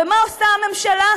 ומה עושה הממשלה?